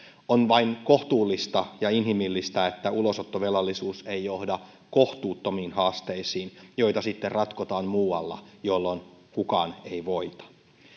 on vain kohtuullista ja inhimillistä että ulosottovelallisuus ei johda kohtuuttomiin haasteisiin joita sitten ratkotaan muualla jolloin kukaan ei voita